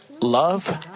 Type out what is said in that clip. love